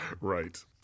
Right